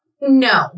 No